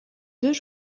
deux